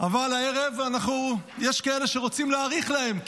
אבל הערב יש כאלה שרוצים להאריך להם,